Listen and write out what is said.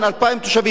2,000 תושבים,